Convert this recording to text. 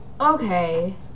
okay